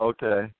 Okay